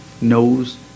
knows